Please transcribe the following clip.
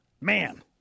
Man